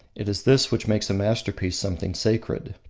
it is this which makes a masterpiece something sacred.